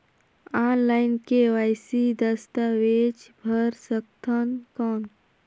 Online KYC दस्तावेज भर सकथन कौन?